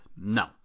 No